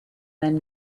then